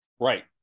Right